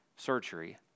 surgery